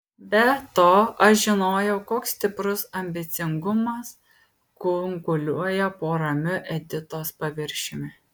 be to aš žinojau koks stiprus ambicingumas kunkuliuoja po ramiu editos paviršiumi